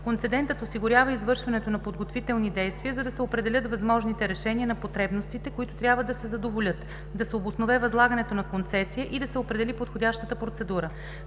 Концедентът осигурява извършването на подготвителни действия, за да се определят възможните решения на потребностите, които трябва да се задоволят, да се обоснове възлагането на концесия и да се определи подходящата процедура.